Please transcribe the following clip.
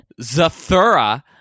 Zathura